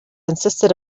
insisted